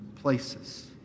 places